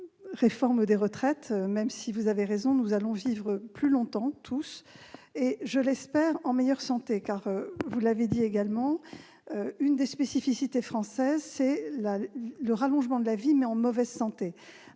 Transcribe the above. réforme des retraites, même si- vous avez raison -nous allons tous vivre plus longtemps et, je l'espère, en meilleure santé. Car, vous l'avez également dit, l'une des spécificités françaises est l'allongement de la vie, mais en mauvaise santé,